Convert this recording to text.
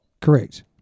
Correct